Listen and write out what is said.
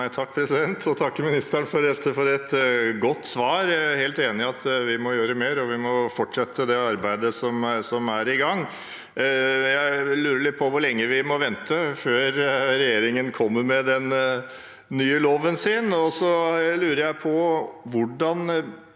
takker mi- nisteren for et godt svar. Jeg er helt enig i at vi må gjøre mer, og vi må fortsette det arbeidet som er i gang. Jeg lurer litt på hvor lenge vi må vente før regjeringen kommer med den nye loven sin.